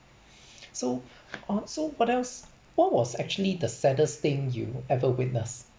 so oh so what else what was actually the saddest thing you ever witness